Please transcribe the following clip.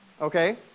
Okay